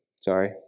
Sorry